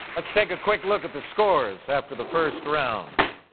let's take a quick look at the scores after the first round.